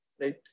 right